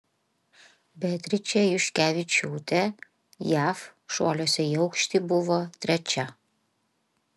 beatričė juškevičiūtė jav šuoliuose į aukštį buvo trečia